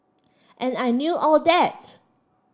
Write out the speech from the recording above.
and I knew all that